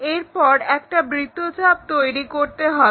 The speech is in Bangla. এরপর একটা বৃত্তচাপ তৈরি করতে হবে